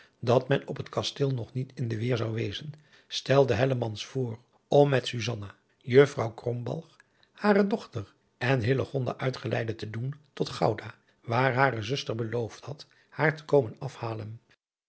dat men op het kasteel nog niet in de weer zou wezen stelde hellemans voor om met susanna juffrouw krombalg hare dochter en hillegonda uitgeleide te doen tot gouda waar hare zuster beloofd had haar te komen afhalen